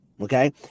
Okay